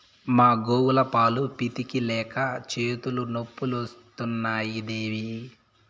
మా గోవుల పాలు పితిక లేక చేతులు నొప్పులు వస్తున్నాయి దేవీ